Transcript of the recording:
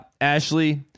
Ashley